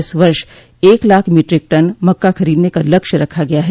इस वर्ष एक लाख मीट्रिक टन मक्का खरीदने का लक्ष्य रखा गया है